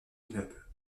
immeuble